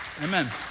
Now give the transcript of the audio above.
amen